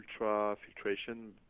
ultra-filtration